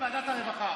בוועדת הרווחה.